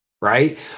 right